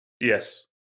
Yes